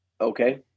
okay